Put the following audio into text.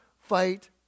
fight